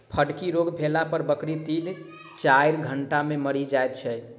फड़की रोग भेला पर बकरी तीन चाइर घंटा मे मरि जाइत छै